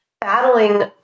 battling